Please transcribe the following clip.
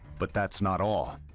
but that's not all.